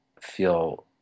feel